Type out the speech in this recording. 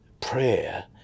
prayer